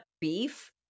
beef